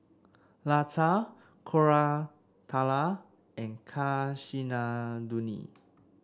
Lata Koratala and Kasinadhuni